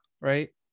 right